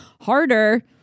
harder